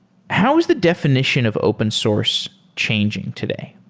how is the definition of open source changing today?